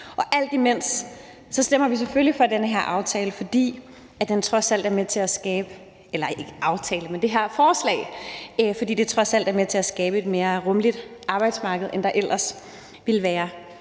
Alt imens stemmer vi selvfølgelig for det her forslag, fordi det trods alt er med til at skabe et mere rummeligt arbejdsmarked, end der ellers ville være.